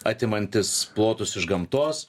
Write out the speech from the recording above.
atimantis plotus iš gamtos